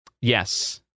Yes